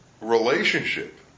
relationship